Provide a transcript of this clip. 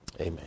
Amen